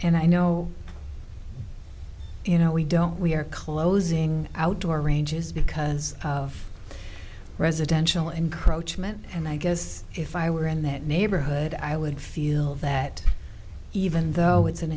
and i know you know we don't we are closing out door ranges because of residential encroachment and i guess if i were in that neighborhood i would feel that even though it's an